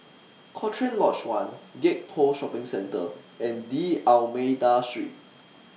Cochrane Lodge one Gek Poh Shopping Centre and D'almeida Street